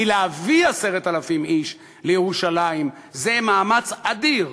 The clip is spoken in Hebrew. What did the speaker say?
כי להביא 10,000 איש לירושלים זה מאמץ אדיר.